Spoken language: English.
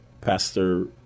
Pastor